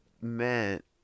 meant